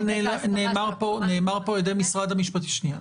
זה מאוד חשוב.